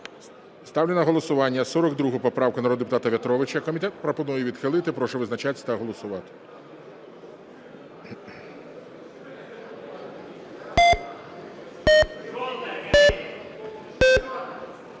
Ставлю на голосування 42 поправку народного депутата В'ятровича. Комітет пропонує відхилити. Прошу визначатися та голосувати.